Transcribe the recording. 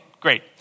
great